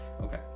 Okay